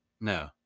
No